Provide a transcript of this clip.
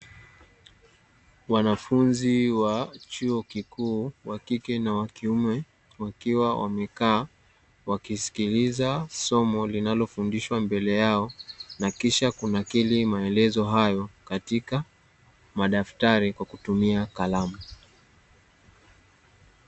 Wanafunzi wa chuo kikuu wa kike na wa kiume wakiwa wamekaa wakisikiliza somo linalofundishwa mbele yako, na kisha kunakili maelezo hayo katika madaftari kwa kutumia kalamu.